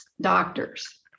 doctors